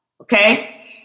Okay